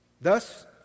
thus